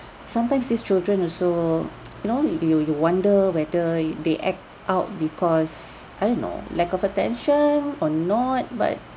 sometimes these children also you know you you wonder whether they act out because I don't know lack of attention or not but